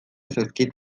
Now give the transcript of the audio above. zaizkit